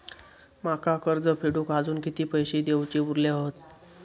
माका कर्ज फेडूक आजुन किती पैशे देऊचे उरले हत?